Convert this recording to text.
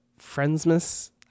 Friendsmas